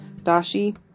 dashi